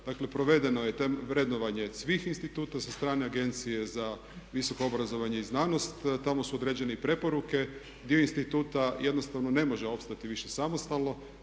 Dakle provedeno je vrednovanje svih instituta za strane agencije za visoko obrazovanje i znanost, tamo su određene i preporuke. Dio instituta jednostavno ne može opstati više samostalno,